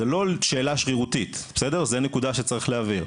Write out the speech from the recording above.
זו לא שאלה שרירותית, זו נקודה שצריך להבין.